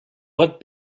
what